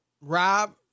Rob